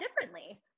differently